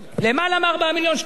למעלה מ-4 מיליון שקלים, כן.